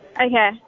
Okay